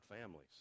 families